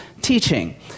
teaching